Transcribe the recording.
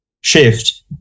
shift